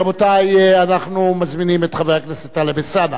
רבותי, אנחנו מזמינים את חבר הכנסת טלב אלסאנע